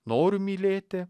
noriu mylėti